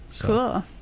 Cool